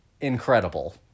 incredible